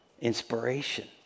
Inspiration